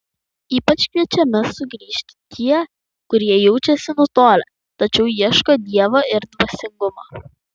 ypač kviečiami sugrįžti tie kurie jaučiasi nutolę tačiau ieško dievo ir dvasingumo